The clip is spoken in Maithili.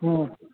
हँ